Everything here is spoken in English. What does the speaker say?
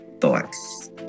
thoughts